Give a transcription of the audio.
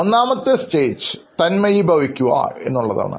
ഒന്നാമത്തെ ഘട്ടം തന്മയിഭവി ക്കുക എന്നുള്ളതാണ്